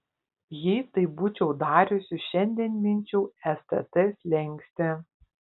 jei taip būčiau dariusi šiandien minčiau stt slenkstį